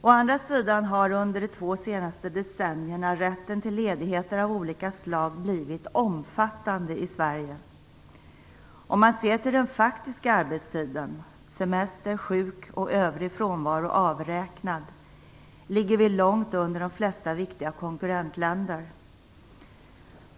Å andra sidan har under de två senaste decennierna rätten till ledighet av olika slag blivit omfattande i Sverige. Om man ser till den faktiska arbetstiden - semester, sjuk och övrig frånvaro avräknad - ligger vi långt under de flesta viktiga konkurrentländer.